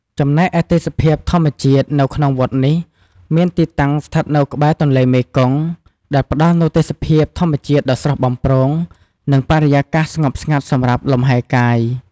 ចំណែកឯទេសភាពធម្មជាតិនៅក្នុងវត្តនេះមានទីតាំងស្ថិតនៅក្បែរទន្លេមេគង្គ ដែលផ្តល់នូវទេសភាពធម្មជាតិដ៏ស្រស់បំព្រង និងបរិយាកាសស្ងប់ស្ងាត់សម្រាប់លំហែកាយ ។